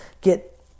get